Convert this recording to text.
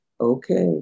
okay